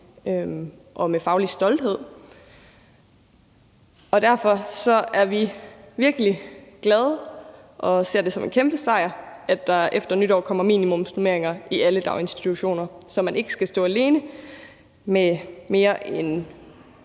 og med faglig stolthed. Derfor er vi virkelig glade for og ser det som en kæmpe sejr, at der efter nytår kommer minimumsnormeringer i alle daginstitutioner, så man ikke skal stå alene med mere end